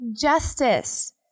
justice